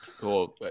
Cool